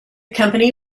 company